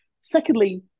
Secondly